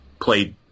played